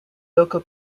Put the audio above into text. local